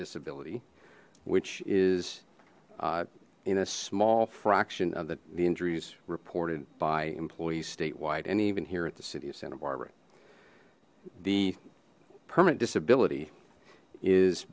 disability which is in a small fraction of the injuries reported by employees statewide and even here at the city of santa barbara the permanent disability is